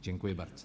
Dziękuję bardzo.